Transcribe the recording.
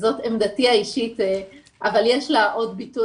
וזאת עמדתי האישית אבל יש לה עוד ביטוי